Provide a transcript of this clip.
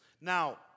Now